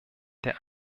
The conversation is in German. der